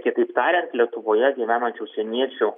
kitaip tariant lietuvoje gyvenančių užsieniečių